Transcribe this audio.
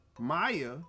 Maya